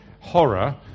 horror